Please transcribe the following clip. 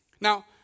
Now